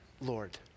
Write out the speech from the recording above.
Lord